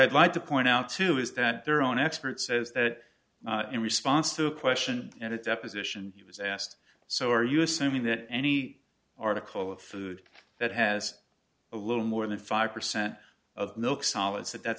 i'd like to point out too is that their own expert says that in response to a question at a deposition he was asked so are you assuming that any article of food that has a little more than five percent of milk solid